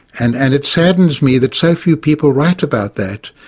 and and it saddens me that so few people write about that.